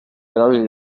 erabili